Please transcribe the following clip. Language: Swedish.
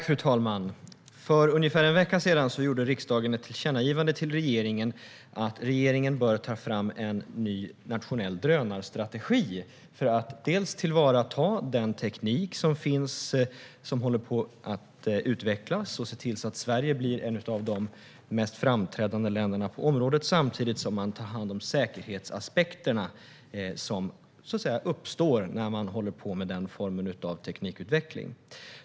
Fru talman! För ungefär en vecka sedan riktade riksdagen ett tillkännagivande till regeringen om att regeringen bör ta fram en ny nationell drönarstrategi för att tillvarata den teknik som håller på att utvecklas och se till att Sverige blir ett av de mest framträdande länderna på området, samtidigt som man tar hand om säkerhetsaspekterna som uppstår vid den formen av teknikutveckling.